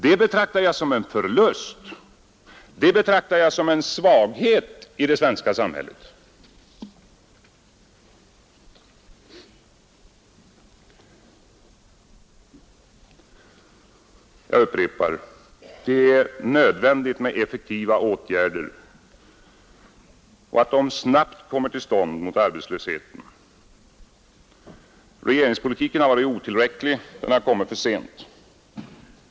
Det betraktar jag som en förlust och som en svaghet för det svenska sam hället. Det är — jag upprepar det — nödvändigt att effektiva åtgärder mot arbetslösheten snabbt kommer till stånd. Regeringspolitiken har varit otillräcklig och den har kommit för sent.